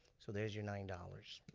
so there's your nine dollars.